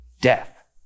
death